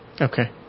Okay